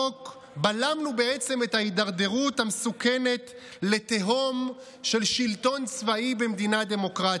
בלמנו בעצם את ההידרדרות המסוכנת לתהום של שלטון צבאי במדינה דמוקרטית.